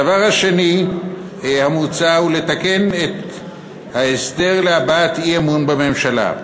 הדבר השני המוצע הוא לתקן את ההסדר להבעת אי-אמון בממשלה,